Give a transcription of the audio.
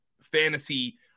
fantasy